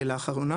לאחרונה,